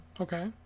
Okay